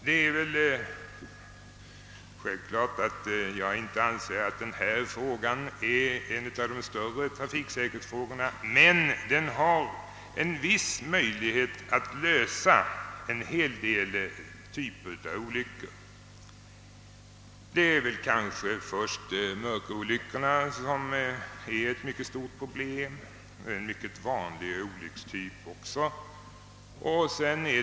Det är väl självklart att jag inte anser att nu förevarande spörsmål hör till de större trafikfrågorna, men en lösning av denna fråga skulle innebära en viss möjlighet att eliminera en hel del typer av olyckor. Det är väl främst mörkerolyckorna som utgör ett mycket stort problem. Den typen av olyckor är ju också mycket vanlig.